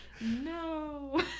No